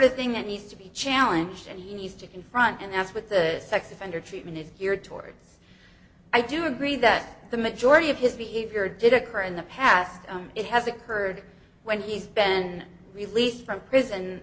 of thing that needs to be challenged and he needs to confront and that's what the sex offender treatment is geared towards i do agree that the majority of his behavior did occur in the past it has occurred when he's been released from prison